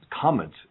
comment